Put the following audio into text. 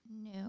No